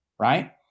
right